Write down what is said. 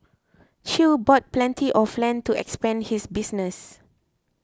Chew bought plenty of land to expand his business